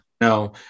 No